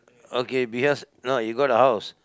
okay because no you got a house